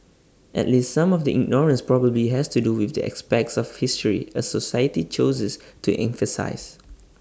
at least some of the ignorance probably has to do with the aspects of history A society chooses to emphasise